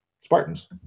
Spartans